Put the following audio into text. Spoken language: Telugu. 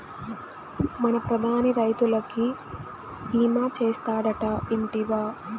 మన ప్రధాని రైతులకి భీమా చేస్తాడటా, ఇంటివా